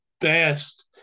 best